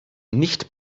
nicht